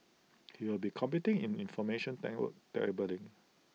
he will be competing in information cabling